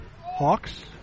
Hawks